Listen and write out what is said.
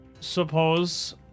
suppose